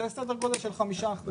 זה סדר גודל של 5 אחוז,